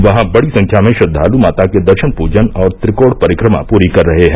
वहां बड़ी संख्या में श्रद्वालु माता के दर्शन पूजन और त्रिकोण परिक्रमा पूरी कर रहे हैं